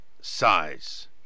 size